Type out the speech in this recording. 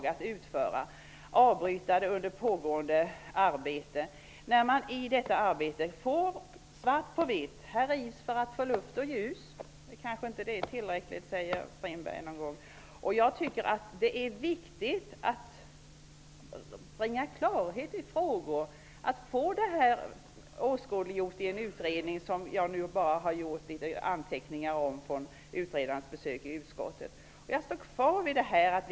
Man skall alltså aldrig avbryta någon i ett pågående arbete. I detta arbete får man ju svart på vitt att det rivs för att få luft och ljus. Det är kanske inte tillräckligt, som August Strindberg vid något tillfälle sagt. Det är viktigt att bringa klarhet i olika frågor och att få detta åskådliggjort i en utredning. Jag har bara några anteckningar om den från utredarens besök i utskottet. Jag står kvar vid mitt ställningstagande.